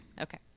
Okay